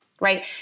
Right